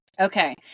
Okay